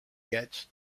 gets